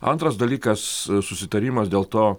antras dalykas susitarimas dėl to